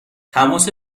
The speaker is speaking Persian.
تماس